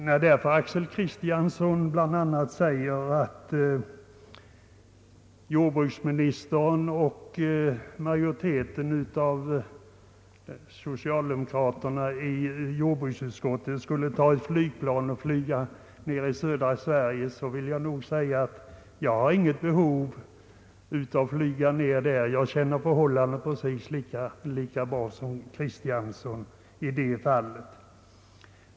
När herr Axel Kristiansson bland annat säger att jordbruksministern och den socialdemokratiska majoriteten i jordbruksutskottet bör ta ett flygplan och flyga ner till södra Sverige för att se hur åkerjorden nu ser ut, vill jag framhålla att jag inte har något behov att flyga dit ner. Jag känner till förhållandena i denna landsända precis lika bra som herr Axel Kristiansson.